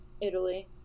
Italy